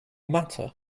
matter